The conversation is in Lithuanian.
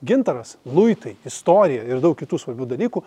gintaras luitai istorija ir daug kitų svarbių dalykų